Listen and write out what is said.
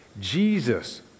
Jesus